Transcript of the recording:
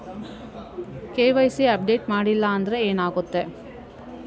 KYC update ಮಾಡಿಲ್ಲ ಅಂದ್ರೆ ಏನಾಗುತ್ತೆ?